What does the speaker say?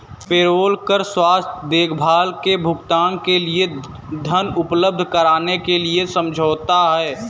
payroll कर स्वास्थ्य देखभाल के भुगतान के लिए धन उपलब्ध कराने के लिए समझौता है